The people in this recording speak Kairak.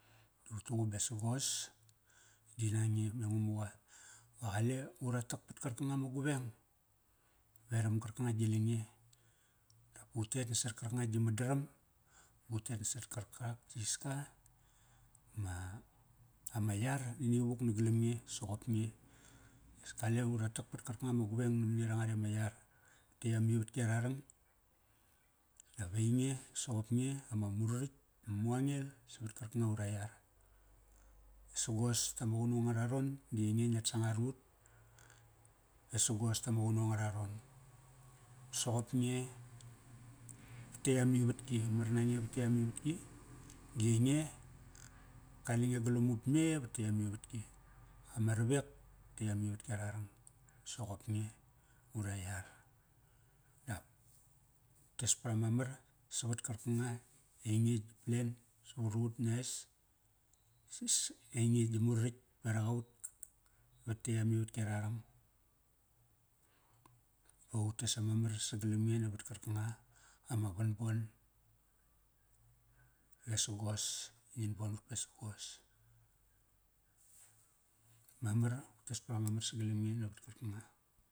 Da ut tuqum besagos di nange me ngamuqa. Va qale ura tak pat karkanga ma gueng. Veram qarkanga gi lange. Da pu utet nasat karkanga gi madaram, ba utet nasat kar karak gi iska ma ama yar di nivuk nagalam nge, soqop nge. As kale ura tak pat karkanga ma gueng na mani ranga re ama yar vat amivatki ararang. Dap ainge, soqop nge, ama muraritk ba ma mu a ngel savat karkanga ura yar. vesagos tama qunung ngararon di ainge ngiat sangar ut. Vesagos tama qunung a ngararon. Soqop nge tetk amivatki mar nange vat tetk amivatki di ainge kale nge galam ut me vat tetk amivatki. Ama ravek vat tetk amivatki ara rang. Soqop nge ura yar. Dap, tes para mamar savat karkanga i ainge gi plan savar ut ngia es ainge gi muraritk, berak aut vat tetk amivatk ararang. Ba utes ama mar sagalam nge navat karkanga ama vanbon vesagos, ngin bon ut pesagos. Mamar utes pat ama mar sagalam nge navat karkanga.